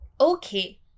Okay